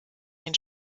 den